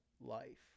life